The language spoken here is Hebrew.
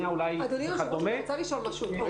חבר